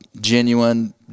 Genuine